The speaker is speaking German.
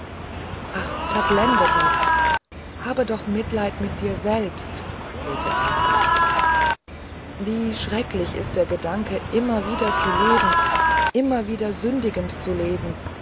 ach verblendeter habe doch mitleid mit dir selber flehte amara wie schrecklich ist der gedanke immer wieder zu leben immer wieder sündigend zu leben